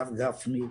הרב גפני.